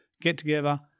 get-together